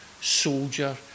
soldier